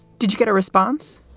did you get a response?